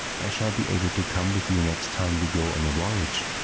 i shall be able to come with you next time you go on a voyage.